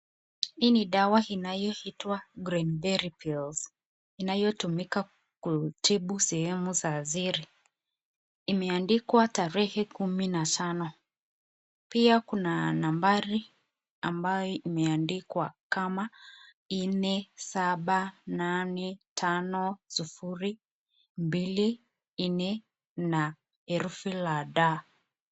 Hii ni dawa inayoitwa cranberry pills inayotumika kutibu sehemu za siri. Imeandikwa tarehe kumi na tano pia kuna nambari ambayo imeandikwa kama nne saba nane tano sufuri mbili nne nane na herufi la D.